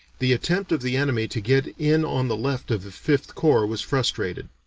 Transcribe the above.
the attempt of the enemy to get in on the left of the fifth corps was frustrated.